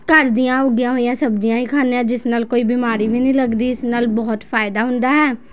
ਘਰ ਦੀਆਂ ਉੱਗੀਆਂ ਹੋਈਆਂ ਸਬਜ਼ੀਆਂ ਹੀ ਖਾਂਦੇ ਹਾਂ ਜਿਸ ਨਾਲ ਕੋਈ ਬਿਮਾਰੀ ਵੀ ਨਹੀਂ ਲੱਗਦੀ ਇਸ ਨਾਲ ਬਹੁਤ ਫਾਇਦਾ ਹੁੰਦਾ ਹੈ